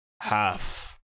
half